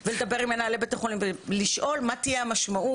לדבר עם מנהלי בתי חולים ולשאול מה תהיה המשמעות